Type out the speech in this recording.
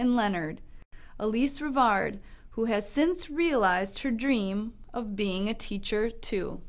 and leonard elise regard who has since realized her dream of being a teacher to